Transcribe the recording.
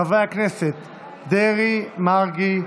חברי הכנסת אריה דרעי, יעקב מרגי,